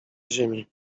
ziemi